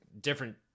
different